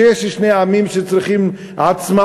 שיש שני עמים שצריכים עצמאות.